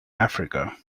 africa